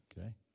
Okay